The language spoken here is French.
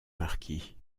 marquis